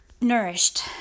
nourished